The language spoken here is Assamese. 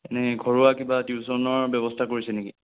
এনেই ঘৰুৱা কিবা টিউচনৰ ব্যৱস্থা কৰিছে নেকি